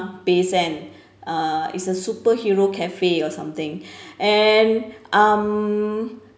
bay sand uh it's a superhero cafe or something and um